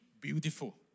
beautiful